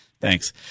thanks